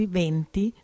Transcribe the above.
venti